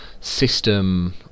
system